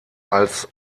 als